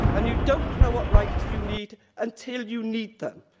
and you don't know what rights you need until you need them.